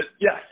yes